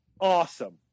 Awesome